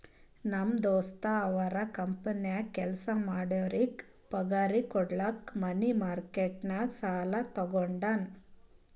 ನಮ್ ದೋಸ್ತ ಅವ್ರ ಕಂಪನಿನಾಗ್ ಕೆಲ್ಸಾ ಮಾಡೋರಿಗ್ ಪಗಾರ್ ಕುಡ್ಲಕ್ ಮನಿ ಮಾರ್ಕೆಟ್ ನಾಗ್ ಸಾಲಾ ತಗೊಂಡಾನ್